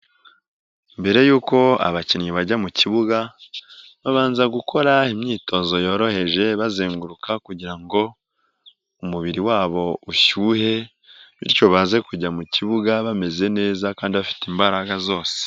Mbere y'uko abakinnyi bajya mu kibuga babanza gukora imyitozo yoroheje bazenguruka ,kugira ngo umubiri wabo ushyuhe bityo baze kujya mu kibuga bameze neza kandi bafite imbaraga zose.